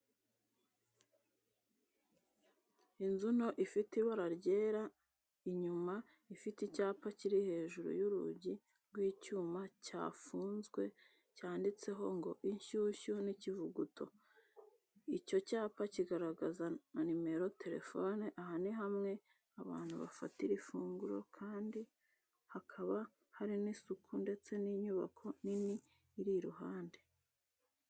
Inzu nto ifite ibara ryera inyuma, ifite icyapa kiri hejuru y'urugi rw'icyuma cyafunzwe, cyanditseho ngo:Inshyushyu n'ikivuguto." Icyo cyapa kigaragaza na numero telefoni, aha ni hamwe abantu bafatira ifunguro kandi hakaba hari n'isuku, ndetse n'inyubako nini iri iruhande.